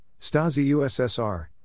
Stasi-USSR